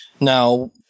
Now